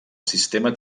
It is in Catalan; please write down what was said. sistema